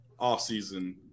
offseason